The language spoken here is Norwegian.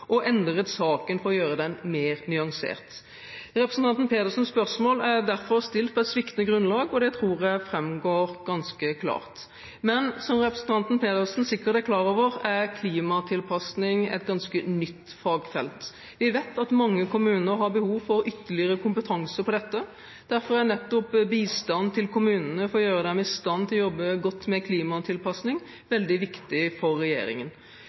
og endret saken for å gjøre den mer nyansert. Representanten Pedersens spørsmål er derfor stilt på et sviktende grunnlag, og det tror jeg framgår ganske klart. Men som representanten Pedersen sikkert er klar over, er klimatilpassing et ganske nytt fagfelt. Vi vet at mange kommuner har behov for ytterligere kompetanse på dette. Derfor er nettopp bistand til kommunene for å gjøre dem i stand til å jobbe godt med klimatilpassing veldig viktig for regjeringen.